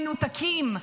מנותקים.